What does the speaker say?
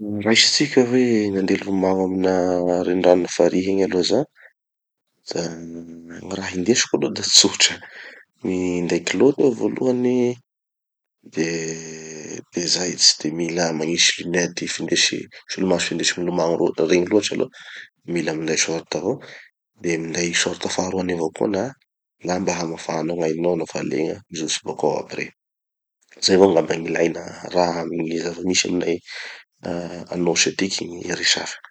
Raisitsika hoe nandeha nilomagno amina renirano na farihy igny aloha zaho. Da gny raha indesiko aloha da tsotra. Minday kiloty aho voalohany, de de zay, tsy de mila magnisy lunettes findesy solomaso findesy milomagno regny loatry aloha, mila minday short avao, de minday short faharoany avao koa na mba hamafanao gn'ainao nofa legna mijotso bokao aby regny. Zay avao angamba gn'ilaina raha amy gny zava-misy aminay Anôsy atiky gny resafy.